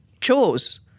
chose